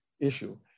issue